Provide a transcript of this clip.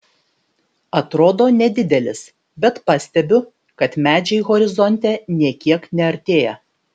atrodo nedidelis bet pastebiu kad medžiai horizonte nė kiek neartėja